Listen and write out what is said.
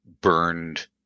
burned